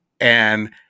and-